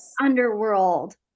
underworld